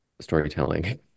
storytelling